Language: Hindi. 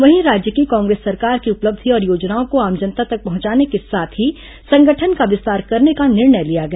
वहीं राज्य की कांग्रेस सरकार की उपलब्धि और योजनाओं को आम जनता तक पहुंचाने के साथ ही संगठन का विस्तार करने का निर्णय लिया गया